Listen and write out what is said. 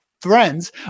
friends